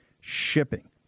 shipping